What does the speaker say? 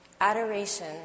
Adoration